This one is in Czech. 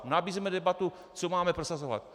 Nabízíme debatu, co máme prosazovat.